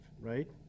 right